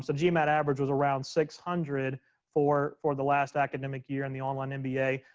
so gmat average was around six hundred for for the last academic year in the online and mba.